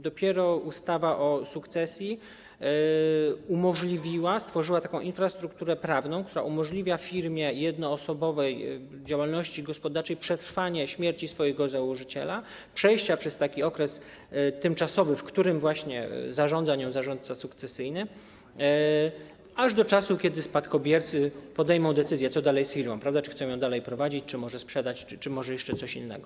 Dopiero ustawa o sukcesji umożliwiła, stworzyła taką infrastrukturę prawną, która umożliwia firmie, jednoosobowej działalności gospodarczej przetrwanie śmierci swojego założyciela, przejście przez taki okres tymczasowy, w którym właśnie zarządza nią zarządca sukcesyjny, aż do czasu, kiedy spadkobiercy podejmą decyzję, co dalej z firmą, czy chcą ją dalej prowadzić, czy może sprzedać, czy może jeszcze coś innego.